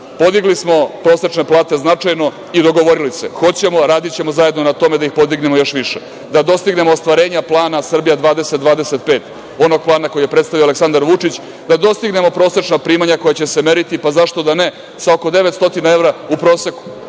Podigli smo prosečne plate značajno i dogovorili se, hoćemo, radićemo zajedno na tome da ih podignemo još više, da dostignemo ostvarenja plana „Srbija 2025“, onog plana koji je predstavio Aleksandar Vučić, da dostignemo prosečna primanja koja će se meriti, pa zašto da ne, sa oko 900 evra u proseku,